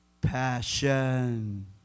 Passion